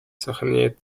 сохраняет